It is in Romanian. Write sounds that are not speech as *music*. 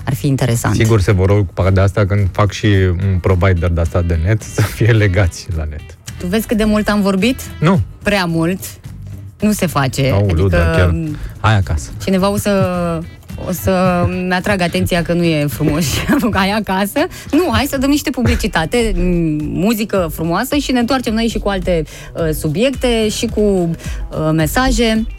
Ar fi interesant. Sigur se vor ocupa de asta când fac și un provider de-asta de net, să fie legați la net. Tu vezi cât de mult am vorbit? Nu. Prea mult. Nu se face. Aoleu, Adică, da, chiar. Hai acasă. cineva o să- o să-mi atragă atenția că nu e frumos. *laughs* Hai acasă. Nu, hai să dăm niște publicitate, *laughs* muzică frumoasă și ne întoarcem noi și cu alte, uh, subiecte și cu, uh, mesaje.